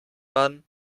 man